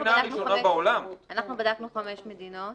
--- אנחנו בדקנו חמש מדינות: